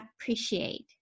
appreciate